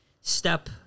step